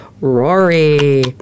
Rory